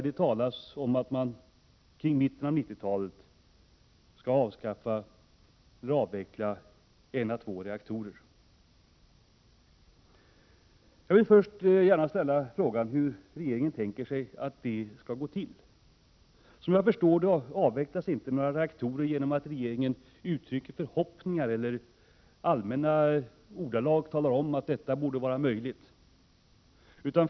Det talas om att man kring mitten av 1990-talet skall avveckla en å två reaktorer. Jag vill då först ställa frågan hur regeringen tänker sig att denna avveckling skall gå till. Såvitt jag förstår avvecklas inte några reaktorer genom att regeringen uttrycker förhoppningar eller i allmänna ordalag talar om att detta borde vara möjligt.